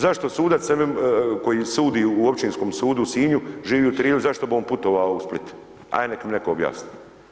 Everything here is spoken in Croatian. Zašto sudac koji sudi u Općinskom sudu u Sinju, živi u Trilju, zašto bi on putovao u Split, aj nek mi netko objasni.